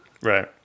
Right